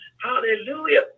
hallelujah